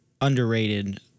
underrated